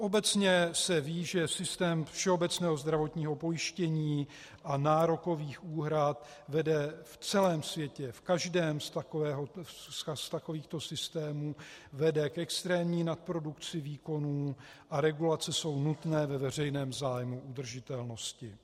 Obecně se ví, že systém všeobecného zdravotního pojištění a nárokových úhrad vede v celém světě, v každém z takovýchto systémů, vede k extrémní nadprodukci výkonů a regulace jsou nutné ve veřejném zájmu udržitelnosti.